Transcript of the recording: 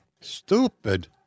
Stupid